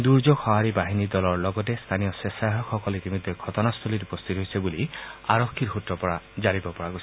দুৰ্যোগ সহাৰি বাহিনী দলৰ লগতে স্থানীয় স্বেচ্ছসেৱকসকল ইতিমধ্যে ঘটনাস্থলীত উপস্থিত হৈছে বুলি আৰক্ষীৰ সূত্ৰৰ পৰা জানিব পৰা গৈছে